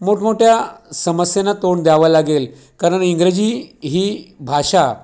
मोठमोठ्या समस्यांना तोंड द्यावं लागेल कारण इंग्रजी ही भाषा